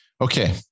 Okay